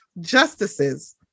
justices